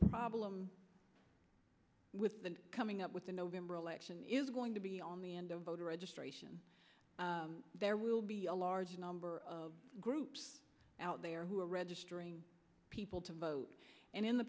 problem with coming up with the november election is going to be on the end of voter registration there will be a large number of groups out there who are registering people to vote and in the